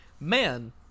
man